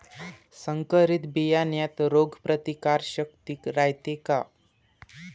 संकरित बियान्यात रोग प्रतिकारशक्ती रायते का?